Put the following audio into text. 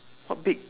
what big